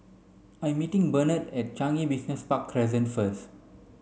I'm meeting Bernard at Changi Business Park Crescent first